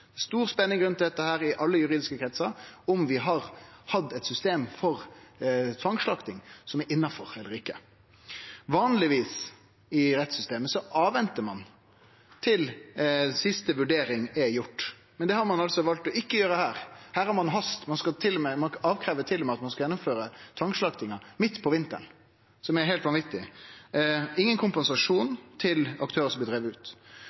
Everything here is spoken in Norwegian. stor spenning rundt dette i alle juridiske kretsar – om vi har hatt eit system for tvangsslakting som er innanfor, eller ikkje. Vanlegvis, i rettssystemet, ventar ein til siste vurdering er gjord, men det har ein altså valt ikkje å gjere her. Her har ein hast. Ein krev til og med at ein skal gjennomføre tvangsslaktinga midt på vinteren, som er heilt vanvitig, og utan kompensasjon til aktørar som blir drivne ut.